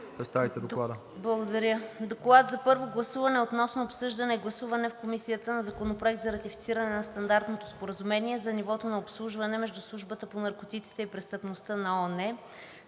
ДЕСИСЛАВА АТАНАСОВА: Благодаря. „ДОКЛАД за първо гласуване относно обсъждане и гласуване в Комисията на Законопроект за ратифициране на Стандартното споразумение за нивото на обслужване между Службата по наркотиците и престъпността на ООН